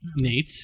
Nate